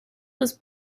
was